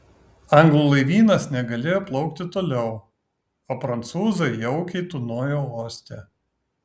anglų laivynas negalėjo plaukti toliau o prancūzai jaukiai tūnojo uoste